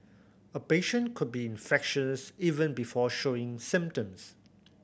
a patient could be infectious even before showing symptoms